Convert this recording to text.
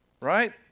right